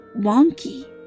wonky